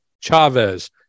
Chavez